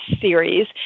series